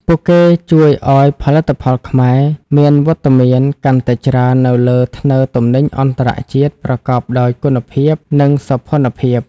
ពួកគេជួយឱ្យ "ផលិតផលខ្មែរ" មានវត្តមានកាន់តែច្រើននៅលើធ្នើរទំនិញអន្តរជាតិ ប្រកបដោយគុណភាព និងសោភ័ណភាព។